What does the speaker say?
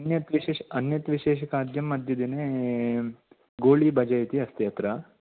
अन्यत् विशेष अन्यत् विशेष खाद्यम् अद्य दिने गोळिबजे इति अस्ति अत्र